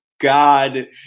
God